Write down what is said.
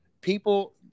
people